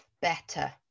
Better